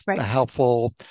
helpful